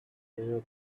european